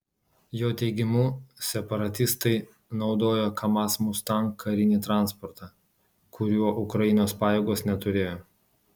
jo teigimu separatistai naudojo kamaz mustang karinį transportą kurio ukrainos pajėgos neturėjo